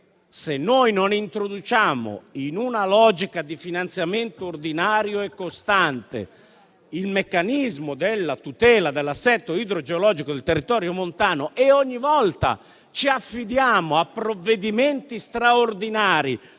se noi non introduciamo, in una logica di finanziamento ordinario e costante, il meccanismo della tutela dell'assetto idrogeologico del territorio montano, e ogni volta ci affidiamo a provvedimenti straordinari